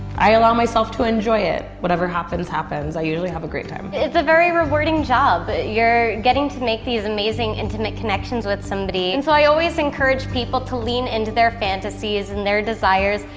i allow myself to enjoy it, whatever happens, happens. i usually have a great time. it's a very rewarding job. you're getting to make these amazing, intimate connections with somebody. and so i always encourage people to lean into their fantasies and their desires,